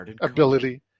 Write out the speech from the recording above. ability